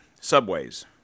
subways